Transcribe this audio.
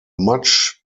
much